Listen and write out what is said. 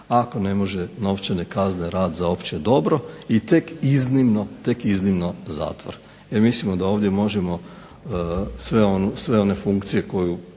ako ne može novčane kazne rad za opće dobro i tek iznimno zatvor. E mislimo da ovdje možemo sve one funkcije koju